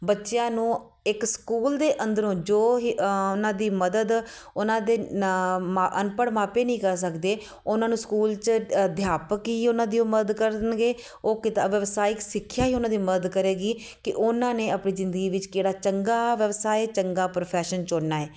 ਬੱਚਿਆਂ ਨੂੰ ਇੱਕ ਸਕੂਲ ਦੇ ਅੰਦਰੋਂ ਜੋ ਹੀ ਉਹਨਾਂ ਦੀ ਮਦਦ ਉਹਨਾਂ ਦੇ ਨ ਅਨਪੜ੍ਹ ਮਾਪੇ ਨਹੀਂ ਕਰ ਸਕਦੇ ਉਹਨਾਂ ਨੂੰ ਸਕੂਲ 'ਚ ਅਧਿਆਪਕ ਹੀ ਉਹਨਾਂ ਦੀ ਉਹ ਮਦਦ ਕਰਨਗੇ ਉਹ ਕਿੱਤ ਵਿਵਸਾਇਕ ਸਿੱਖਿਆ ਹੀ ਉਹਨਾਂ ਦੀ ਮਦਦ ਕਰੇਗੀ ਕਿ ਉਹਨਾਂ ਨੇ ਆਪਣੀ ਜ਼ਿੰਦਗੀ ਵਿੱਚ ਕਿਹੜਾ ਚੰਗਾ ਵਿਵਸਾਏ ਚੰਗਾ ਪ੍ਰੋਫੈਸ਼ਨ ਚੁਣਨਾ ਹੈ